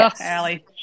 Allie